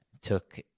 took